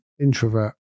introvert